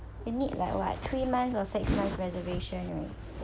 you need like what three months or six months reservation anyway